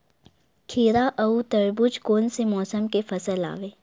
खीरा व तरबुज कोन से मौसम के फसल आवेय?